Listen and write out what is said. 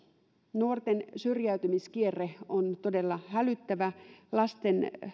nuorten syrjäytymiskierre on todella hälyttävä lasten